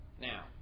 Now